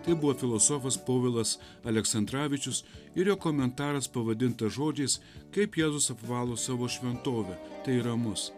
tai buvo filosofas povilas aleksandravičius ir jo komentaras pavadintas žodžiais kaip jėzus apvalo savo šventovę tai yra mus